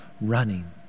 running